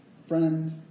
Friend